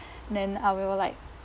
then I will like